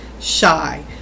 shy